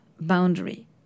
boundary